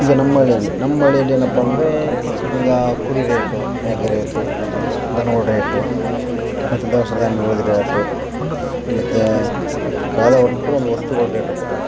ಈಗ ನಮ್ಮ ಹಳ್ಳಿಯಲ್ಲಿ ನಮ್ಮ ಹಳ್ಳಿಯಲ್ಲಿ ಏನಪ್ಪ ಅಂದರೆ ಈಗ ಕುರಿ ರೇಟು ಮೇಕೆ ರೇಟು ದನಗಳ್ ರೇಟು ಮತ್ತು ಧವಸ ಧಾನ್ಯಗಳದ್ ರೇಟು ಮತ್ತು ಯಾವ್ದೆ ಒಟ್ಟು ಒಂದು ವಸ್ತುಗಳ ರೇಟು